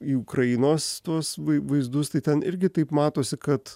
į ukrainos tuos vaizdus tai ten irgi taip matosi kad